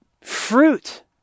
fruit